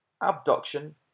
abduction